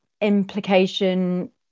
implication